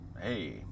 Hey